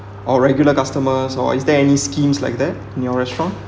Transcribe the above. or regular customers or is there any schemes like that in your restaurant